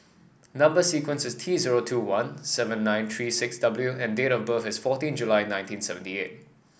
number sequence is T zero two one seven nine three six W and date of birth is fourteen July nineteen seventy eight